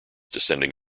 descending